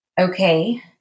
okay